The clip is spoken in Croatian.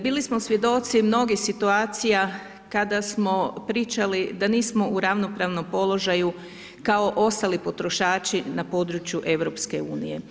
Bili smo svjedoci mnogih situacija kada smo pričali da nismo u ravnopravnom položaju kao ostali potrošači na području EU.